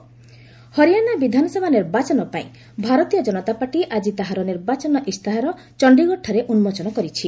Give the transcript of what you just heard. BJP manifesto Haryana ବିଧାନସଭା ନିର୍ବାଚନ ପାଇଁ ଭାରତୀୟ ଜନତା ପାର୍ଟି ଆଜି ତାହାର ନିର୍ବାଚନ ଇସ୍ତାହାର ଚଣ୍ଡୀଗଡ଼ଠାରେ ଉନ୍କୋଚନ କରିଛି